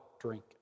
drink